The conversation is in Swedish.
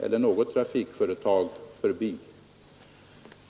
eller något annat trafikföretag.